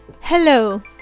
Hello